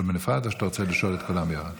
בנפרד או שאתה רוצה לשאול את כולן יחד.